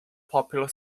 popular